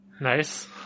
Nice